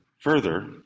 Further